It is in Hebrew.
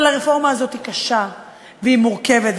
אבל הרפורמה הזאת היא קשה והיא מורכבת.